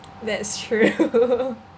that's true